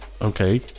Okay